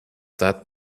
that